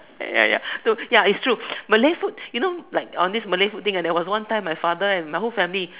ya ya so ya it's true Malay food you know like on this Malay food thing there was one time my father and my whole family